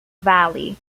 valley